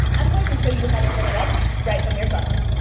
i'm going to show you how to set it up right from your phone.